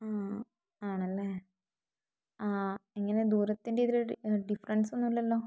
ആ ആണല്ലെ ആ ദൂരത്തിൻ്റെ ഇതില് ഡിഫറെൻസ് ഒന്നുമില്ലല്ലോ